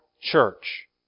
church